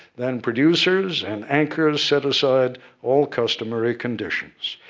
then producers and anchors set aside all customary conditions.